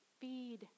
Feed